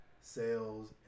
sales